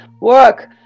work